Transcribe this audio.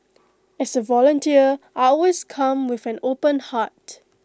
as A volunteer I always come with an open heart